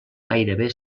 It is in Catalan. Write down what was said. gairebé